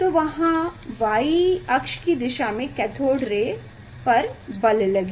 वहाँ y अक्ष की दिशा में कैथोड किरण पर बल लगेगा